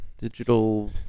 Digital